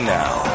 now